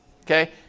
Okay